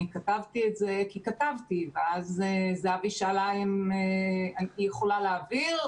כתבתי את זה כי כתבתי ואז זהבי שאלה אם היא יכולה להעביר,